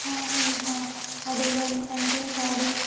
ᱦᱮᱸ ᱤᱧ ᱦᱚᱸ ᱟᱹᱰᱤ ᱜᱟᱱ ᱯᱮᱱᱴᱤᱝ ᱠᱟᱨᱰ ᱤᱧ